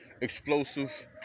explosive